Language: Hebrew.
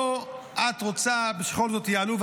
או שאת רוצה שבכל זאת יעלו,